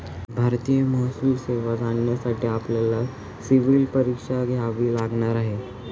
भारतीय महसूल सेवेत जाण्यासाठी आपल्याला सिव्हील परीक्षा द्यावी लागणार आहे